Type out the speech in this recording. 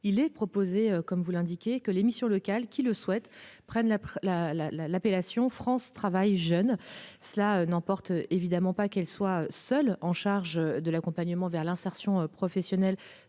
il est proposé comme vous l'indiquez que les mises sur le, qui le souhaitent prennent la la la la l'appellation France travail jeune cela n'emporte évidemment pas qu'elle soit seule en charge de l'accompagnement vers l'insertion professionnelle